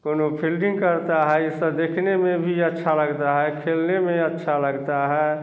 कोनो फिल्डिंग करता है यह सब देखने में भी अच्छा लगता है खेलने में अच्छा लगता है